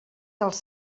dels